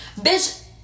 bitch